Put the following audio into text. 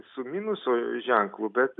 su minuso ženklu bet